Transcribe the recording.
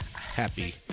happy